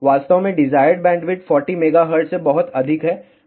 वास्तव में desired bandwidth 40 MHz से बहुत अधिक है